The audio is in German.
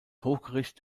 hochgericht